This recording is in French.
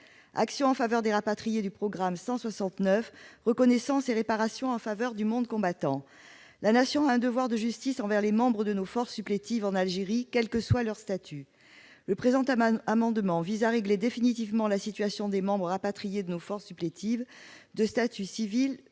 Actions en faveur des rapatriés, du programme 169, « Reconnaissance et réparation en faveur du monde combattant ». La Nation a un devoir de justice envers les membres de nos forces supplétives en Algérie, quel que soit leur statut. Le présent amendement vise à régler définitivement la situation des membres rapatriés de nos forces supplétives de statut civil